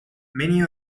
many